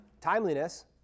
timeliness